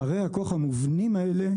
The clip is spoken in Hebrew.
פערי הכוח המובנים האלה,